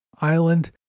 Island